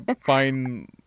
fine